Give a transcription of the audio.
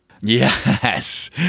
yes